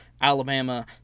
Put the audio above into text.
Alabama